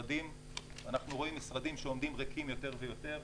אנחנו רואים משרדים שעומדים ריקים יותר ויותר,